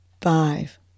five